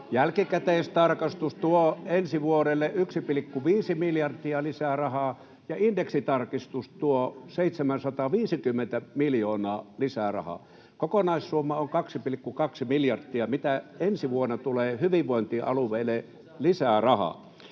jälkikäteistarkastus tuo ensi vuodelle 1,5 miljardia lisää rahaa ja indeksitarkistus tuo 750 miljoonaa lisää rahaa. Kokonaissumma on 2,2 miljardia, mitä ensi vuonna tulee hyvinvointialueille lisää rahaa.